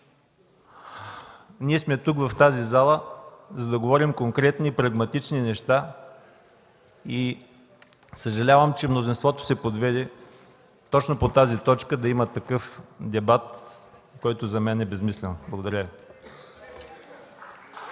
Ние сме тук, в тази зала, за да говорим конкретни и прагматични неща. Съжалявам, че мнозинството се подведе точно по тази точка да има такъв дебат, който за мен е безсмислен. Благодаря